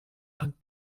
and